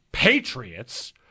Patriots